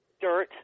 dirt